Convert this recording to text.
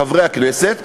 חברי הכנסת,